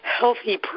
healthy